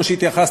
כמו שהתייחסת,